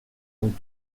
donc